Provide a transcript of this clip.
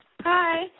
Hi